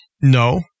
No